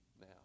now